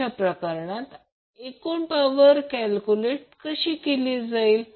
अशा प्रकरणात एकूण पॉवर कशी कॅल्क्युलेट केली जाईल